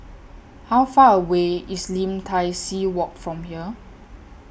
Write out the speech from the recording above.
How Far away IS Lim Tai See Walk from here